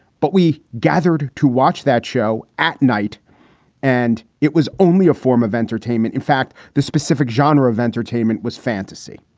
but we gathered to watch that show at night and it was only a form of entertainment. in fact, the specific genre of entertainment was fantasy.